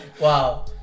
Wow